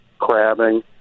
crabbing